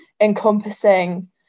Encompassing